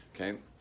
Okay